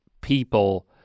people